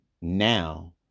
now